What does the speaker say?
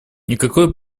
никакой